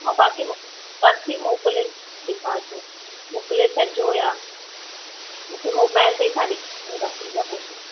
ऐं बाक़ी मूंखे पर्ची मोकिले ॾेखारिजो मोकिले छॾिजो या मूंखे मोबाइल ते ई तव्हां ॾेखारियो रसीद पंहिंजी